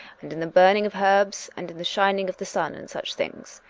and in the burning of herbs, and in the shining of the sun, and such things.